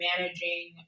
managing